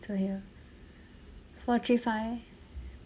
also here four three five